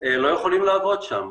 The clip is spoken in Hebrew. לא יכולים לעבוד שם.